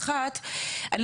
שאלה ראשונה,